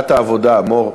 גזל.